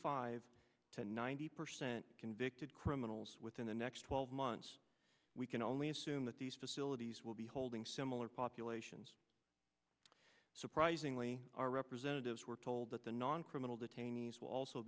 five to ninety percent convicted criminals within the next twelve months we can only assume that these facilities will be holding similar populations surprisingly our representatives were told that the non criminal detainees will also